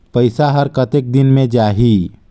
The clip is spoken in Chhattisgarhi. पइसा हर कतेक दिन मे जाही?